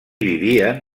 vivien